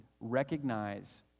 recognize